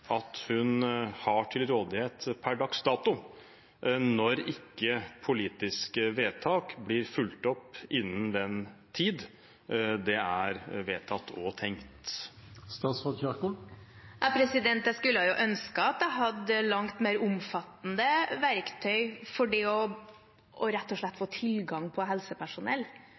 at hun har til rådighet per dags dato, når ikke politiske vedtak blir fulgt opp innen den tid det er vedtatt og tenkt? Jeg skulle ønske jeg hadde langt mer omfattende verktøy rett og slett for å få tilgang på helsepersonell,